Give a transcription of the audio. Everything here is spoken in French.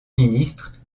ministre